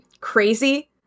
crazy